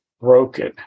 broken